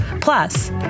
Plus